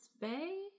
Bay